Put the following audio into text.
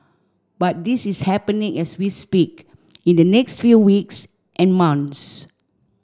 but this is happening as we speak in the next few weeks and months